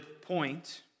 point